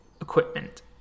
equipment